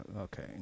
okay